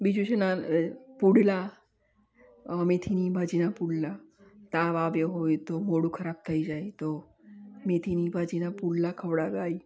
બીજું છે ને પુડલા મેથીની ભાજીના પુડલા તાવ આવ્યો હોય તો મોઢું ખરાબ થઈ જાય તો મેથીની ભાજીના પુડલા ખવડાવાય